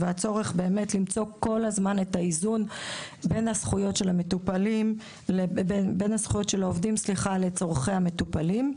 והצורך למצוא את האיזון בין הזכויות של העובדים לבין צורכי המטופלים.